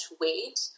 weight